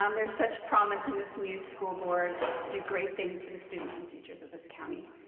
um there's such promise in this new school board to do great things for the students and teachers of this county.